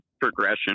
progression